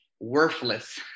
worthless